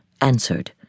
answered